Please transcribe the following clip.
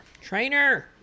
Trainer